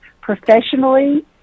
professionally